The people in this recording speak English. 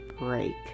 break